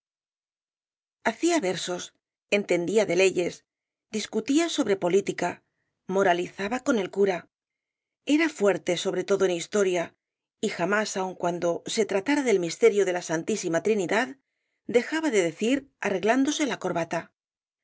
hacía versos entendía de leyes discutía sobre política moralizaba con el cura era fuerte sobre todo en historia y jamás aun cuando se tratara del misterio de la santísima trinidad dejaba de decir arreglándose la corbata